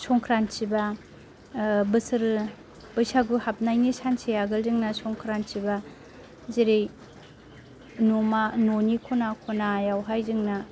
संक्रान्ति एबा बोसोर बैसागु हाबनायनि सानसे सिगां जोंना संक्रान्ति बा जेरै न'मा न'नि खना खनायावहाय जोंना